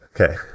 Okay